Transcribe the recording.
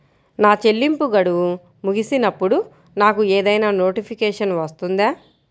నా చెల్లింపు గడువు ముగిసినప్పుడు నాకు ఏదైనా నోటిఫికేషన్ వస్తుందా?